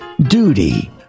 duty